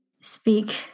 speak